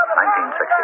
1960